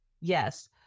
Yes